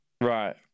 Right